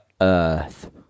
Earth